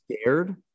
scared